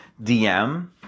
DM